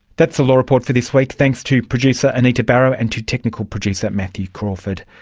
that's the law report for this week, thanks to producer anita barraud and to technical producer matthew crawford.